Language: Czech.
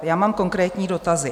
Já mám konkrétní dotazy.